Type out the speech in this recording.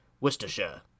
Worcestershire